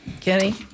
Kenny